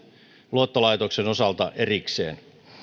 luottolaitoksen osalta erikseen